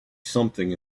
something